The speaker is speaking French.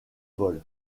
vol